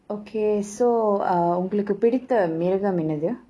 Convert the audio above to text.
okay so err உங்களுக்கு பிடித்த மிருகம் என்னது:ungalukku pidiththa mirugam ennathu